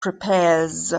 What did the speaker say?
prepares